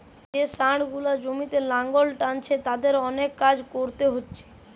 যে ষাঁড় গুলা জমিতে লাঙ্গল টানছে তাদের অনেক কাজ কোরতে হচ্ছে